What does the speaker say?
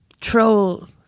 troll